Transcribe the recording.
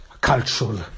cultural